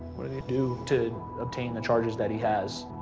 what did he do to obtain the charges that he has?